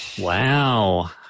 Wow